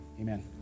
Amen